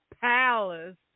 Palace